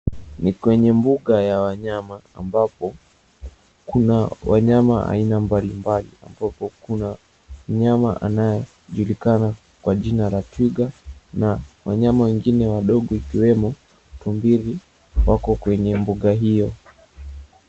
Ni kwenye mbuga ya wanyama ambapo kuna wanyama aina mbalimbali, ambapo kuna mnyama anayejulikana kwa jina la twiga na wanyama wengine wadogo ikiwemo tumbili wako kwenye mbuga hiyo.